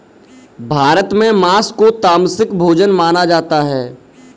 भारत में माँस को तामसिक भोजन माना जाता है